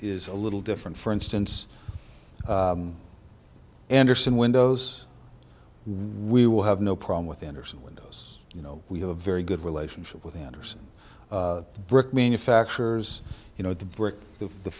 is a little different for instance andersen windows will have no problem with andersen windows you know we have a very good relationship with anderson brick manufacturers you know the brick the the